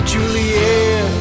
Juliet